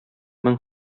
мең